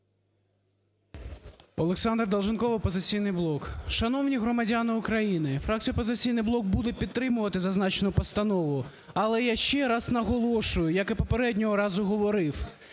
ОлександрДолженков, "Опозиційний блок". Шановні громадяни України, фракція "Опозиційний блок" буде підтримувати зазначену постанову. Але я ще раз наголошую, як і попереднього разу говорив,